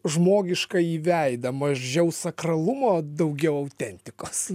žmogiškąjį veidą mažiau sakralumo daugiau autentikos